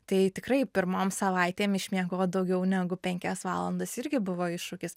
tai tikrai pirmom savaitėm išmiegot daugiau negu penkias valandas irgi buvo iššūkis